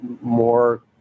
more